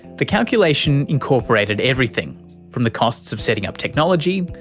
the calculation incorporated everything from the costs of setting up technology,